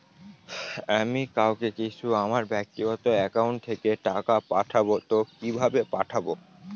আমি কাউকে কিছু আমার ব্যাক্তিগত একাউন্ট থেকে টাকা পাঠাবো তো কিভাবে পাঠাবো?